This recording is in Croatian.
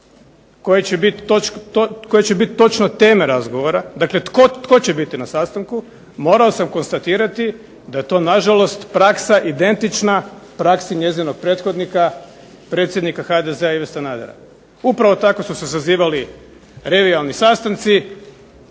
koje će biti točno teme razgovora, dakle tko će biti na sastanku morao sam konstatirati da je to nažalost praksa identična praksi njezinog prethodnika predsjednika HDZ-a, Ive Sanadera. Upravo tako su se sazivali revijalni sastanci